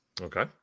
Okay